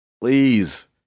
Please